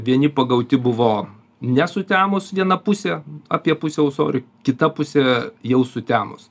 vieni pagauti buvo nesutemus viena pusė apie pusę ūsorių kita pusė jau sutemus